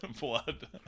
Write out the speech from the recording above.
Blood